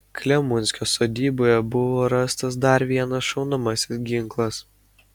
klemunskio sodyboje buvo rastas dar vienas šaunamasis ginklas